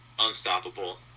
unstoppable